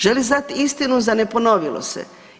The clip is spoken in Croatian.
Želi znat istinu za ne ponovilo se.